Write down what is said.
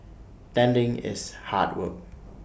tending it's hard work